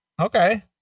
Okay